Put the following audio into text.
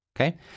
Okay